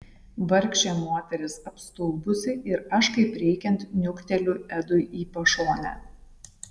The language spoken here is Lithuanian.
vargšė moteris apstulbusi ir aš kaip reikiant niukteliu edui į pašonę